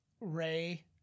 ray